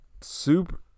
super